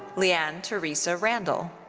lian teresa randle.